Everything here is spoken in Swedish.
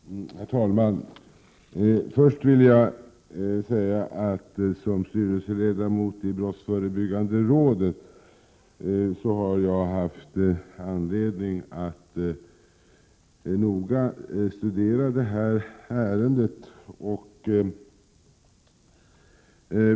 Herr talman! Först vill jag säga att jag som styrelseledamot i Brottsförebyggande rådet har haft anledning att noga studera detta ärende.